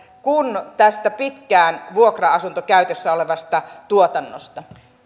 kuin tästä pitkään vuokra asuntokäytössä olevasta tuotannosta